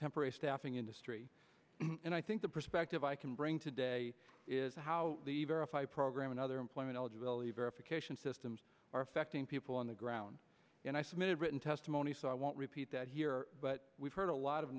temporary staffing industry and i think the perspective i can bring today is how the verify program and other employment eligibility verification systems are affecting people on the ground and i submitted written testimony so i won't repeat that here but we've heard a lot of